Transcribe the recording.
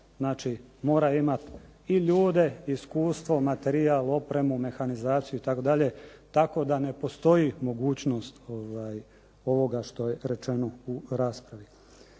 znači mora imati i ljude, iskustvo, materijal, opremu, mehanizaciju itd., tako da ne postoji mogućnost ovoga što je rečeno u raspravi.